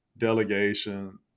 delegation